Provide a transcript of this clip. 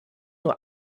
nur